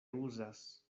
uzas